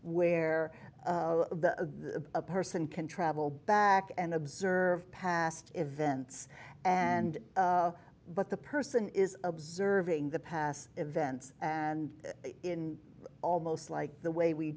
where the a person can travel back and observe past events and but the person is observing the past events and in almost like the way we